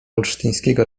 olsztyńskiego